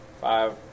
Five